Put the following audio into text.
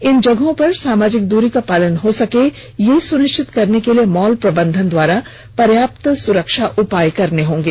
इन जगहों पर सामाजिक दूरी का पालन हो सके यह सुनिश्चित करने के लिए मॉल प्रबंधन द्वारा पर्याप्त उपाय करने होंगे